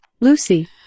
Lucy